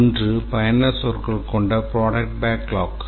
ஒன்று பயனர் சொற்கள் கொண்ட ப்ரோடக்ட் பேக்லாக்